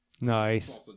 Nice